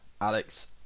alex